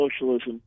socialism